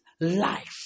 life